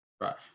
right